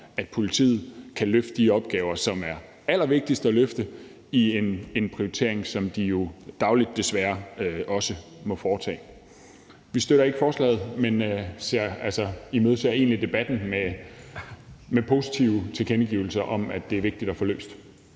at politiet kan løse de opgaver, som er allervigtigst at løfte i en prioritering, som de jo dagligt, desværre, også må foretage. Vi støtter ikke forslaget, men imødeser egentlig debatten med positive tilkendegivelser om, at det er vigtigt at få løst.